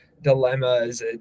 dilemmas